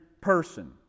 person